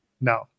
No